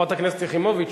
חברת הכנסת יחימוביץ,